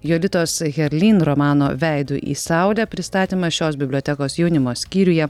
jolitos herlyn romano veidu į saulę pristatymas šios bibliotekos jaunimo skyriuje